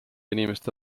inimeste